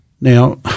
Now